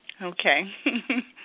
Okay